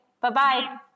Bye-bye